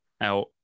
out